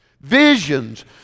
Visions